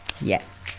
Yes